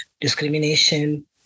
discrimination